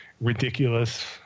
ridiculous